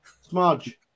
Smudge